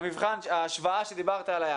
וההשוואה שדיברת עליה,